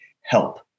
help